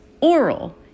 oral